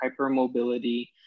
hypermobility